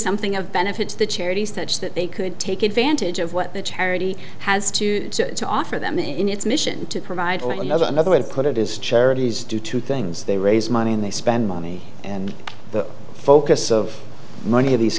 something of benefit to the charities such that they could take advantage of what the charity has to offer them in its mission to provide or another way to put it is charities do two things they raise money and they spend money and the focus of money in these